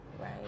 right